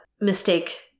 mistake